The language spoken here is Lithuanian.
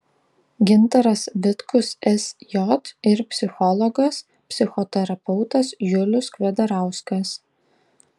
gintaras vitkus sj ir psichologas psichoterapeutas julius kvedarauskas